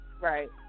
Right